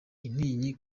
intinyi